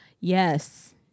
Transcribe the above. yes